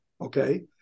okay